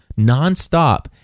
nonstop